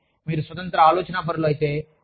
కానీ మీరు స్వతంత్ర ఆలోచనాపరులు అయితే